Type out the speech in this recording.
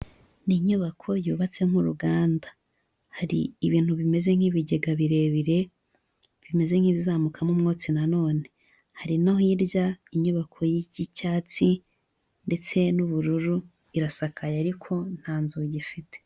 Ni inyubako yubatse nk'uruganda. Hari ibintu bimeze nk'ibigega birebire, bimeze nk'ibizamukamo umwotsi nanone, hari no hirya inyubako y'icyatsi, ndetse n'ubururu, irasakaye ariko nta nzugi ifite.